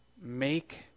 make